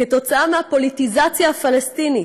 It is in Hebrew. כתוצאה מהפוליטיזציה הפלסטינית,